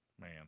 Man